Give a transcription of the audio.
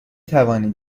توانید